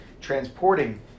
transporting